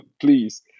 please